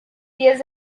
pies